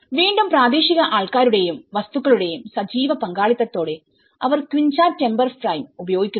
വീണ്ടും പ്രാദേശിക ആൾക്കാരുടെയും വസ്തുക്കളുടെയും സജീവ പങ്കാളിത്തത്തോടെ അവർ ക്വിഞ്ച ടിമ്പർ ഫ്രെയിംഉപയോഗിക്കുന്നു